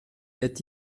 est